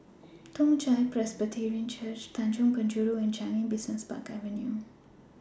Toong Chai Presbyterian Church Tanjong Penjuru and Changi Business Park Avenue